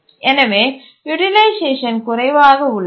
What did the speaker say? எனவே யூட்டிலைசேஷன் குறைவாக உள்ளது